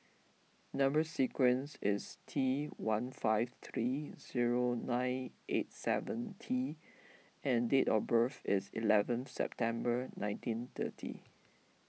Number Sequence is T one five three zero nine eight seven T and date of birth is eleven September nineteen thirty